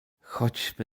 chodźmy